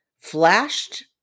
flashed